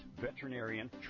veterinarian